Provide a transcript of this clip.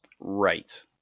Right